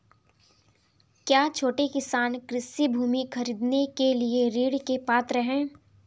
क्या छोटे किसान कृषि भूमि खरीदने के लिए ऋण के पात्र हैं?